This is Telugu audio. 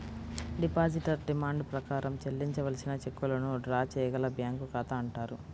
డిపాజిటర్ డిమాండ్ ప్రకారం చెల్లించవలసిన చెక్కులను డ్రా చేయగల బ్యాంకు ఖాతా అంటారు